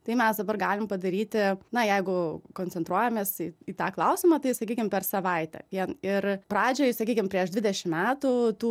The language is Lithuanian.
tai mes dabar galim padaryti na jeigu koncentruojamės į į tą klausimą tai sakykim per savaitę vien ir pradžioj sakykim prieš dvidešim metų tų